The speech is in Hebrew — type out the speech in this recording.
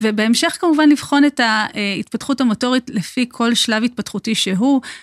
ובהמשך כמובן לבחון את ההתפתחות המוטורית לפי כל שלב התפתחותי שהוא.